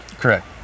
Correct